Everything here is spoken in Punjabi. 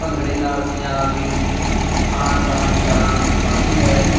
ਭੰਗੜੇ ਨਾਲ ਪੰਜਾਬ ਦੀ ਆਣ ਬਾਣ ਸ਼ਾਨ ਵੱਧਦੀ ਹੈ